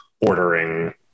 ordering